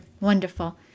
wonderful